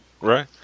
Right